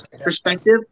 perspective